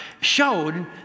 showed